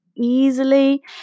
easily